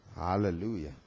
hallelujah